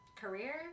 career